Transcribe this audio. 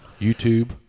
YouTube